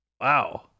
Wow